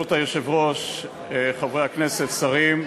היושבת-ראש, חברי הכנסת, שרים,